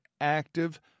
active